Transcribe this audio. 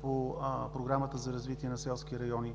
по Програмата за развитие на селските райони.